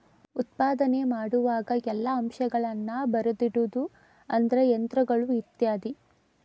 ಉತ್ಪಾದನೆ ಮಾಡುವಾಗ ಎಲ್ಲಾ ಅಂಶಗಳನ್ನ ಬರದಿಡುದು ಅಂದ್ರ ಯಂತ್ರಗಳು ಇತ್ಯಾದಿ